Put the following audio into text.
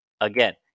again